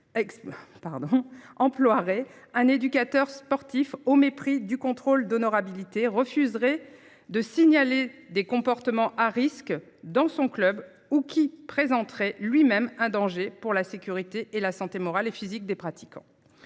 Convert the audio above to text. un éducateur sportif au mépris du contrôle d'honorabilité refuserait de signaler des comportements à risque dans son club ou qui présenterait lui-même un danger pour la sécurité et la santé morale et physique des pratiquants.